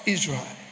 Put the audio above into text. Israel